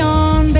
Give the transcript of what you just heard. on